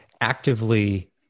actively